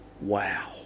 wow